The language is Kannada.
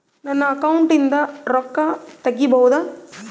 ನನ್ನ ಅಕೌಂಟಿಂದ ರೊಕ್ಕ ತಗಿಬಹುದಾ?